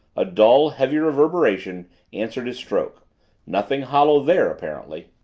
a dull, heavy reverberation answered his stroke nothing hollow there apparently.